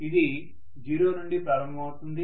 అది 0 నుండి ప్రారంభమవుతుంది